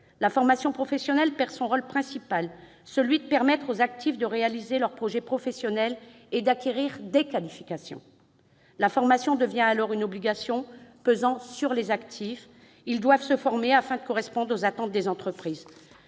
La formation professionnelle perd son rôle principal, celui de permettre aux actifs de réaliser leurs projets professionnels et d'acquérir des qualifications. La formation devient alors une obligation pesant sur les actifs. Ils doivent se former, afin de correspondre aux attentes des entreprises.